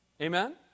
Amen